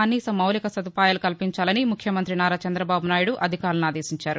కనీస మౌలిక వసతులు కల్పించాలని ముఖ్యమంత్రి నారా చంద్రబాబు నాయుడు అధికారులను ఆదేశించారు